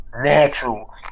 natural